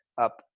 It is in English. up